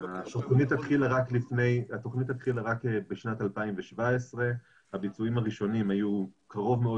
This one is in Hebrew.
התוכנית התחילה רק בשנת 2017 והביצועים הראשונים היו קרוב מאוד